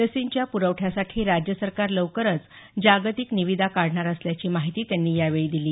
लसींच्या प्रवठ्यासाठी राज्य सरकार लवकरच जागतिक निविदा काढणार असल्याची माहिती त्यांनी यावेळी दिली